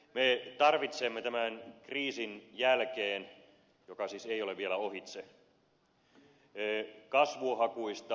me tarvitsemme tämän kriisin jälkeen joka ei siis vielä ohitse kasvuhakuista talouspolitiikkaa